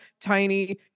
tiny